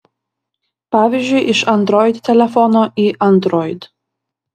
pavyzdžiui iš android telefono į android